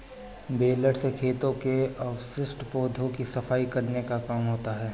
baler से खेतों के अवशिष्ट पौधों की सफाई करने का काम होता है